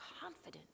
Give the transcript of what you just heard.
confidence